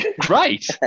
great